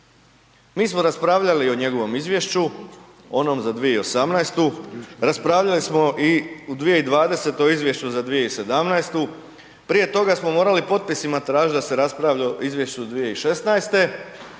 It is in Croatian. Mi smo raspravljali o njegovom izvješću onom za 2018., raspravljali smo i u 2020. o izvješću za 2017., prije toga smo morali potpisima tražiti da se raspravlja o izvješću za 2016.,